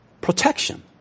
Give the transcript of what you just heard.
Protection